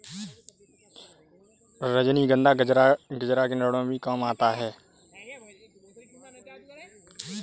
रजनीगंधा गजरा के निर्माण में भी काम आता है